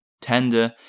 tender